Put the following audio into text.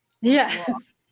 Yes